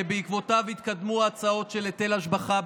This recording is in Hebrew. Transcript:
ובעקבותיו התקדמו ההצעות של היטל ההשבחה,